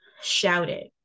shouted